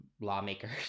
lawmakers